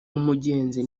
umugenzi